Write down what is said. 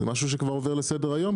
משהו שכבר עובר לסדר-היום,